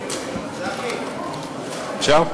אפשר?